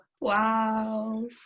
Wow